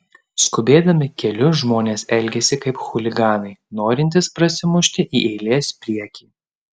skubėdami keliu žmonės elgiasi kaip chuliganai norintys prasimušti į eilės priekį